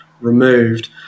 removed